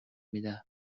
میدن